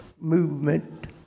movement